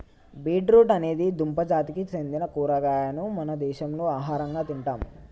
beet root అనేది దుంప జాతికి సెందిన కూరగాయను మన దేశంలో ఆహరంగా తింటాం